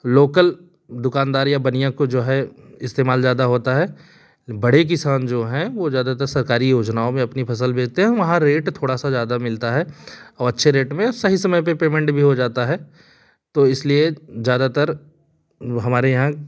local दुकानदारी या बनिया को जो है इस्तेमाल ज्यादा होता है बड़े किसान जो है वो ज्यादातर सरकारी योजनाओं में अपनी फसल बेचते हैं वहाँ रेट थोड़ा सा ज्यादा मिलता है और अच्छे रेट में सही समय पर पेमेंट भी हो जाता है तो इसलिए ज्यादातर हमारे यहाँ